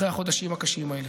אחרי החודשים הקשים האלה.